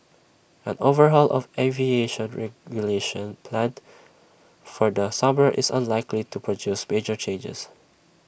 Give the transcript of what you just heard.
an overhaul of aviation regulation planned for the summer is unlikely to produce major changes